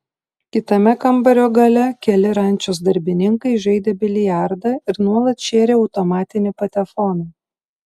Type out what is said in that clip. kitame kambario gale keli rančos darbininkai žaidė biliardą ir nuolat šėrė automatinį patefoną